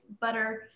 butter